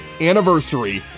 anniversary